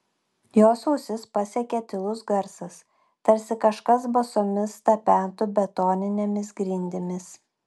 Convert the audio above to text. jos ausis pasiekė tylus garsas tarsi kažkas basomis tapentų betoninėmis grindimis